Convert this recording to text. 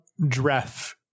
Dref